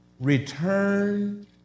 Return